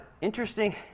interesting